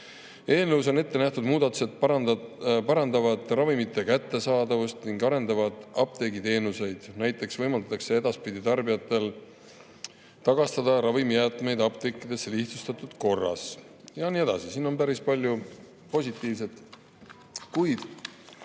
Eelnõus ette nähtud muudatused parandavad ravimite kättesaadavust ning arendavad apteegiteenuseid, näiteks võimaldatakse edaspidi tarbijatel tagastada ravimijäätmeid apteekidesse lihtsustatud korras, ja nii edasi. Siin on päris palju positiivset. Kuid